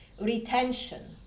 retention